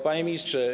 Panie Ministrze!